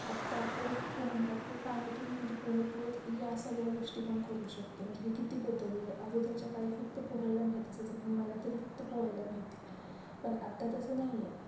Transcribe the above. आत्ता आपन पोहन्या पो पान्यातून म्हणजे पोहत पोहत या सगळ्या गोष्टीपन करू शकतो म्हणजे हे किती बदलले अगोदरच्या काही फक्त पोहायला माहीत असायचं म्हणजे मला तरी फक्त पोहायला माहीत पन आत्ता तसं नाईये